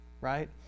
right